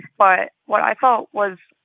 but what i felt was